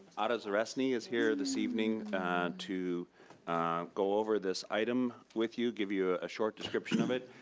otto zoresni is here this evening to go over this item with you. give you a ah short description of it.